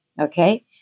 Okay